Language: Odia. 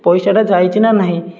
ପଇସାଟା ଯାଇଛି ନା ନାହିଁ